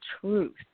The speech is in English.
truth